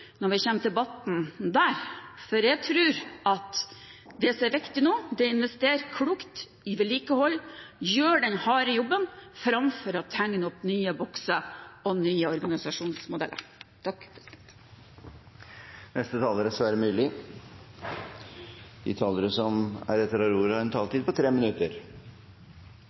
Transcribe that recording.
når vi kommer til debatten der, for jeg tror at det som nå er viktig, er å investere klokt i vedlikehold og gjøre den harde jobben, framfor å tegne opp nye bokser og nye organisasjonsmodeller. De talere som heretter får ordet, har en taletid på inntil 3 minutter.